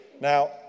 Now